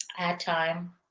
add time,